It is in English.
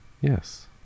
Yes